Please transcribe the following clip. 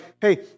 hey